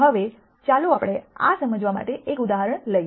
હવે ચાલો આપણે આ સમજવા માટે એક ઉદાહરણ લઈએ